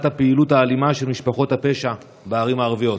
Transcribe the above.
הפעילות האלימה של משפחות הפשע בערים הערביות?